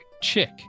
Chick